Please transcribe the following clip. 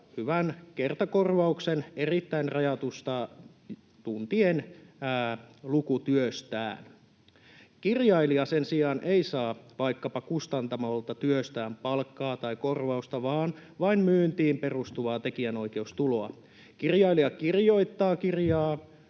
hyvän kertakorvauksen erittäin rajatusta, tuntien mittaisesta, lukutyöstään. Kirjailija sen sijaan ei saa vaikkapa kustantamolta työstään palkkaa tai korvausta vaan vain myyntiin perustuvaa tekijänoikeustuloa. Kirjailija kirjoittaa kirjaa